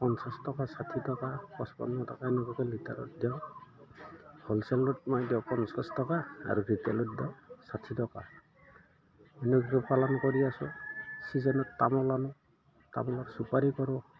পঞ্চাছ টকা ষাঠি টকা পঁচপন্ন টকা এনেকুৱাকৈ লিটাৰত দিওঁ হ'লচেলত মই দিওঁ পঞ্চাছ টকা আৰু ৰিটেলত দিওঁ ষাঠি টকা এনেকৈ পালন কৰি আছোঁ চিজনত তামোল আনোঁ তামোলৰ চুপাৰি কৰোঁ